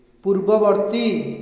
ପୂର୍ବବର୍ତ୍ତୀ